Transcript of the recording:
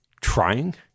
trying